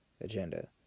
agenda